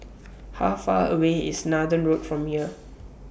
How Far away IS Nathan Road from here